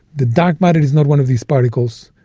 that dark matter is not one of these particles,